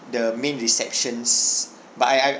the main receptions but I I